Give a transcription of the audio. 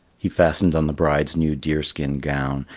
he fastened on the bride's new deer-skin gown,